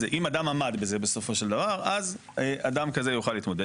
אז אם אדם עמד בזה בסופו של דבר אדם כזה יוכל להתמודד.